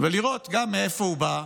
ולראות גם מאיפה הוא בא,